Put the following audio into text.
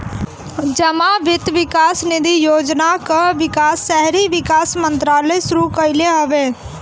जमा वित्त विकास निधि योजना कअ विकास शहरी विकास मंत्रालय शुरू कईले हवे